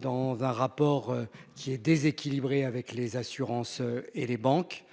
Dans un rapport qui est déséquilibré. Avec les assurances et les banques